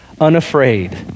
unafraid